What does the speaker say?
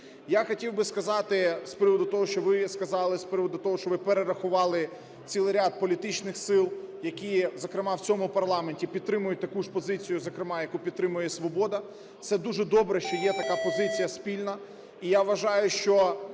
що ви сказали з приводу того, що ви перерахували цілий ряд політичних сил, які, зокрема, в цьому парламенті підтримують таку ж позицію, зокрема, яку підтримує і "Свобода". Це дуже добре, що є така позиція спільна.